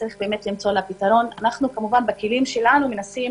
צריך למצוא לה פתרון, ואנחנו בכלים שלנו מנסים